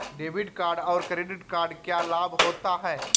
Debit card और credit card क्या लाभ होता है?